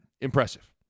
impressive